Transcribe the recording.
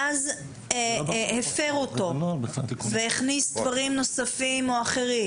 ואז הפר אותו והכניס דברים נוספים או אחרים,